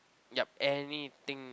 yup anything